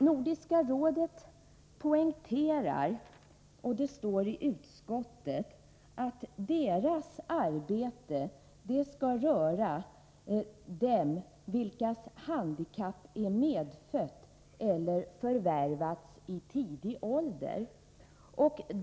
Nordiska rådet poängterar, som framgår av utskottets betänkande, att det nordiska samarbetsprojektet skall beröra dem vilkas handikapp är medfött eller förvärvat i tidig ålder.